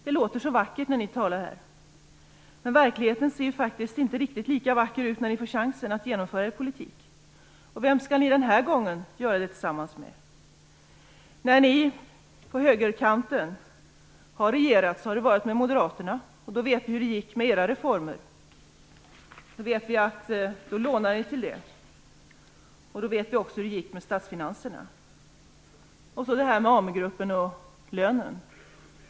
Det låter så vackert när Dan Ericsson talar här, men verkligheten ser ju faktiskt inte riktigt lika vacker ut när ni får chansen att genomföra er politik. Vem skall ni göra det tillsammans med den här gången? När ni på högerkanten har regerat har det varit med moderaterna, och då vet vi hur det gick med era reformer. Vi vet att ni lånade till dem. Vi vet också hur det gick med statsfinanserna då. Sedan tog Dan Ericsson upp detta med lönen till AMU-gruppens chef.